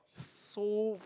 so